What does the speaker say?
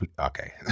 Okay